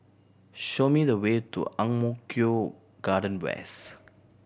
show me the way to Ang Mo Kio Garden West